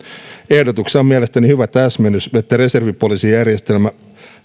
ehdotuksessa on mielestäni hyvä täsmennys että reservipoliisijärjestelmä